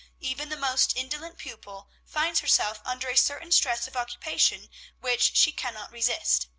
even the most indolent pupil finds herself under a certain stress of occupation which she cannot resist.